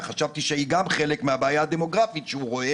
חשבתי שהיא גם חלק מהבעיה הדמוגרפית שהוא רואה.